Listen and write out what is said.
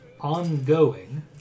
ongoing